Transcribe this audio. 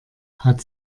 hat